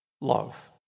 love